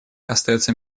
остается